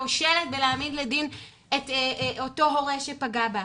כושלת בלהעמיד לדין את אותו הורה שפגע בה.